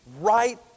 right